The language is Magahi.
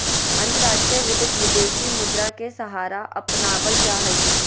अंतर्राष्ट्रीय वित्त, विदेशी मुद्रा के सहारा अपनावल जा हई